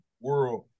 world